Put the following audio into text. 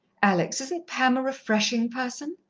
alex, isn't pam a refreshing person?